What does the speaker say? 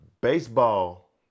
baseball